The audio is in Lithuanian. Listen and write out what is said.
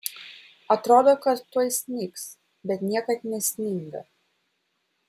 atrodo kad tuoj snigs bet niekad nesninga